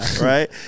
right